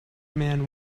man